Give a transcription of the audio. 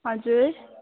हजुर